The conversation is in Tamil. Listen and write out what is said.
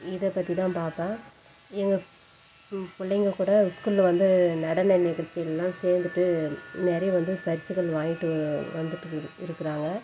இதைப் பற்றி தான் பார்ப்பேன் எங்கள் பிள்ளைங்க கூட ஸ்கூலில் வந்து நடன நிகழ்ச்சிகள்லாம் சேர்ந்துட்டு நிறைய வந்து பரிசுகள் வாங்கிட்டு வந்துட்டு இருக்கிறாங்க